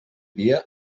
dia